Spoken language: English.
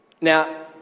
Now